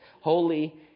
holy